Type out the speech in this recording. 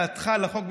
דעתך על החוק,